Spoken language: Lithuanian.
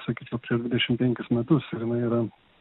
sakyčiau prieš dvidešim penkis metus ir jinai yra